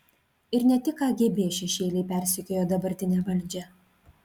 ir ne tik kgb šešėliai persekiojo dabartinę valdžią